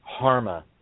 Harma